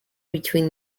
between